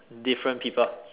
different people